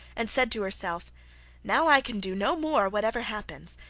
and said to herself now i can do no more, whatever happens.